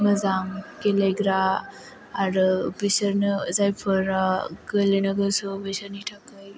मोजां गेलेग्रा आरो बिसोरनो जायफोरा गेलेनो गोसो बिसोरनि थाखाय